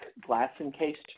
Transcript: glass-encased